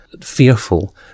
fearful